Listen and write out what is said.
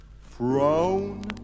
Frown